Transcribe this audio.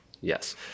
Yes